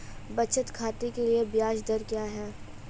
बचत खाते के लिए ब्याज दर क्या है?